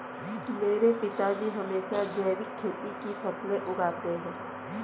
मेरे पिताजी हमेशा जैविक खेती की फसलें उगाते हैं